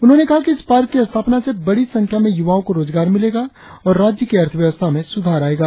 उन्होंने कहा कि इस पार्क की स्थापना से बड़ी संख्या में युवाओ को रोजगार मिलेगा और राज्य की अर्थव्ववस्था में सुधार आएगा